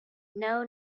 know